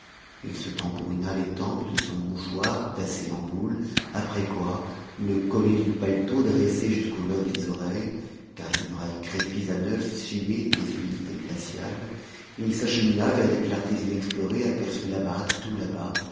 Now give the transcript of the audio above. il se tambourina les tempes de son mouchoir tassé en boule après quoi le collet du paletot dressé jusqu'au lobe des oreilles car les murailles crépies à neuf suaient des humidités glaciales il s'achemina vers des clartés inexplorées aperçues là-bas tout là-bas